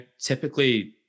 Typically